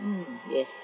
hmm yes